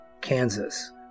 Kansas